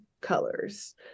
colors